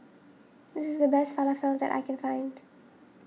this is the best Falafel that I can find